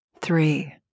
Three